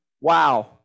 Wow